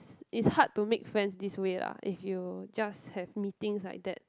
it's hard to make friends this way lah if you just have meetings like that